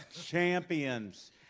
Champions